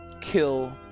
Kill